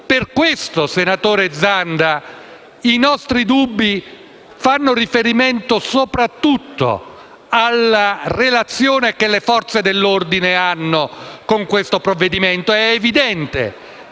Per questo, senatore Zanda, i nostri dubbi fanno riferimento soprattutto alla relazione che le Forze dell'ordine hanno con questo provvedimento. È evidente